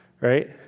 right